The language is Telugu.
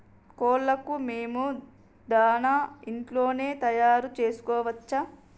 కోళ్లకు మేము దాణా ఇంట్లోనే తయారు చేసుకోవచ్చా?